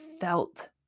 felt